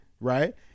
Right